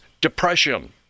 depression